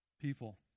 People